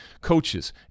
coaches